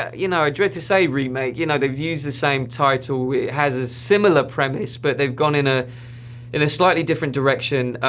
you know i dread to say remake, you know, they've used the same title, it has a similar premise, but they've gone in ah in a slightly different direction.